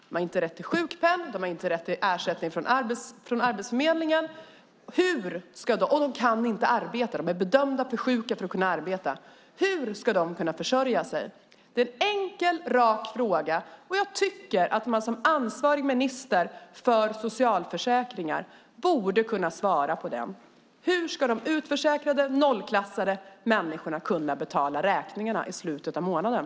De har inte rätt till sjukpenning, inte rätt till ersättning från Arbetsförmedlingen och de kan inte arbeta därför att de är bedömda för sjuka för att kunna arbeta. Hur ska de kunna försörja sig? Det är en enkel rak fråga, och jag tycker att man som ansvarig minister för socialförsäkringar borde kunna svara på den. Hur ska de utförsäkrade, nollklassade människorna kunna betala räkningarna i slutet av månaden?